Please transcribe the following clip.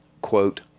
quote